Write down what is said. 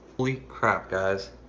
holy crap, guys,